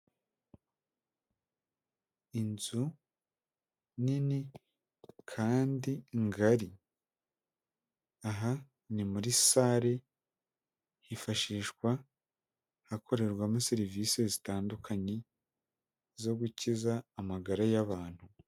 Inzu nini kandi ngari. Aha ni muri sare hifashishwa hakorerwamo serivise zitandukanye zo gukiza amagara y'abantu.